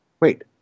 wait